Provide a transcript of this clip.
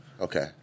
Okay